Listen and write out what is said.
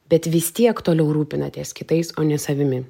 bet vis tiek toliau rūpinatės kitais o ne savimi